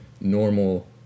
normal